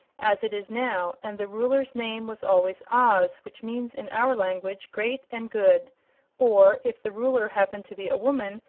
as it is now, and the ruler's name was always oz, which means in our language great and good or, if the ruler happened to be a woman,